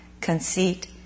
conceit